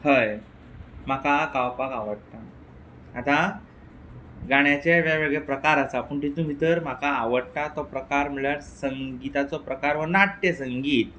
हय म्हाका गावपाक आवडटा आतां गाण्याचे वेगळेवेगळे प्रकार आसा पूण तितू भितर म्हाका आवडटा तो प्रकार म्हणल्यार संगिताचो प्रकार हो नाट्य संगीत